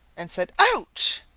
and said ouch!